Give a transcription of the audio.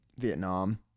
vietnam